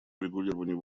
урегулированию